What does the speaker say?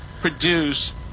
produce